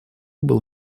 был